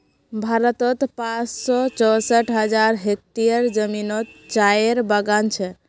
भारतोत पाँच सौ चौंसठ हज़ार हेक्टयर ज़मीनोत चायेर बगान छे